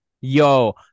Yo